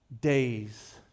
days